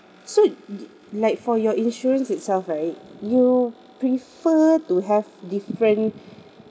so y~ like for your insurance itself right you prefer to have different